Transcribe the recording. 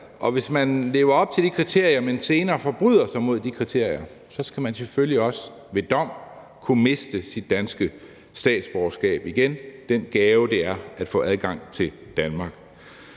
og hvis man lever op til de kriterier, men senere forbryder sig mod de kriterier, skal man selvfølgelig også ved dom kunne miste sit danske statsborgerskab igen – den gave, det er at få adgang til Danmark.